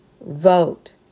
vote